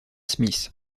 smith